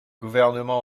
gouvernement